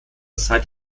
zeit